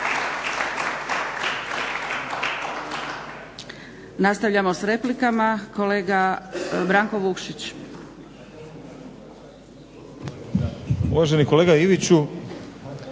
Uvaženi kolega Iviću